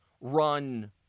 run